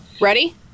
Ready